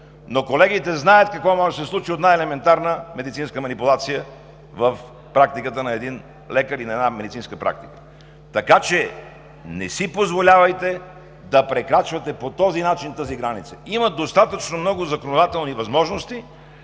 но колегите знаят какво може да се случи от най-елементарна медицинска манипулация в практиката на един лекар и на една медицинска практика. Така че не си позволявайте да прекрачвате по този начин тази граница. Има достатъчно много законодателни възможности